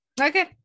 Okay